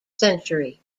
century